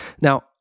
Now